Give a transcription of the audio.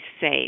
safe